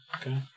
Okay